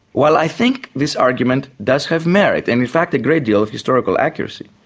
well, i think this argument does have merit, and in fact a great deal of historical accuracy.